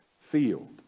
field